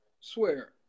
Swear